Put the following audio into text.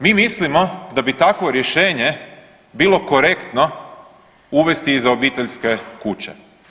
Mi mislimo da bi takvo rješenje bilo korektno uvesti i za obiteljske kuće.